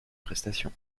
prestation